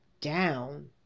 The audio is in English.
down